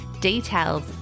details